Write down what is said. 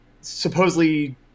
supposedly